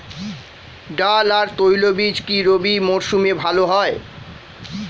ডাল আর তৈলবীজ কি রবি মরশুমে ভালো হয়?